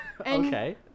Okay